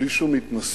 בלי שום התנשאות,